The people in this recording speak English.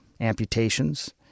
amputations